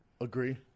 Agree